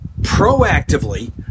proactively